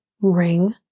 ring